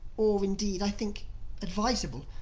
or indeed i think advisable.